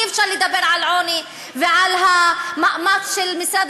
אי-אפשר לדבר על עוני ועל המאמץ של משרד